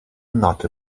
not